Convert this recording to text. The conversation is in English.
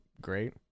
great